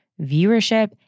viewership